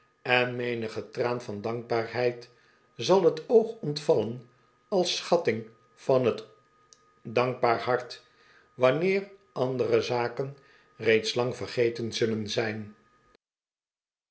on menige traan van dankbaarheid zal t oog ontvallen als schatting van t dankbaar hart wanneer andere zaken reeds lang vergeten zullen zijn